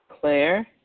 Claire